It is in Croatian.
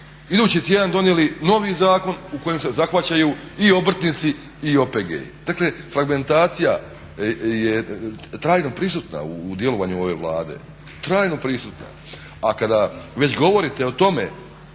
idući tjedan novi zakon u kojem se zahvaćaju i obrtnici i OPG-i. Dakle fragmentacija je trajno prisutna u djelovanju ove Vlade, trajno prisutna. A kada već govorite o tome